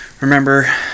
Remember